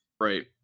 Right